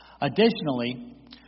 Additionally